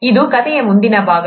ಅದು ಕಥೆಯ ಮುಂದಿನ ಭಾಗ